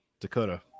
Dakota